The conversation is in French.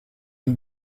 une